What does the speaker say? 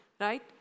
right